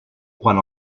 quan